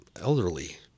elderly